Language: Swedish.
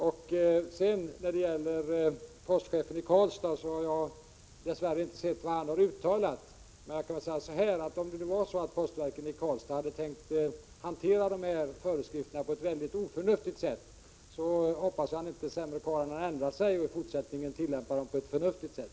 Jag har dess värre inte sett vad postchefen i Karlstad har uttalat. Men jag kan säga så här, att om postverket i Karlstad hade tänkt hantera dessa föreskrifter på ett mycket oförnuftigt sätt, hoppas jag att postchefen inte är sämre karl än att han ändrar sig och i fortsättningen tillämpar dem på ett förnuftigt sätt.